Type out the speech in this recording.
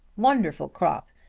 wonderful crop!